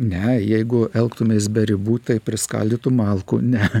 ne jeigu elgtumės be ribų taip priskaldytum malkų ne